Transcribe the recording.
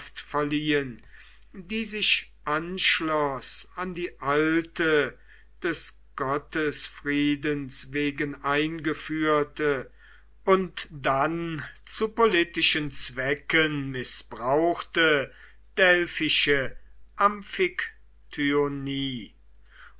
verliehen die sich anschloß an die alte des gottesfriedens wegen eingeführte und dann zu politischen zwecken mißbrauchte delphische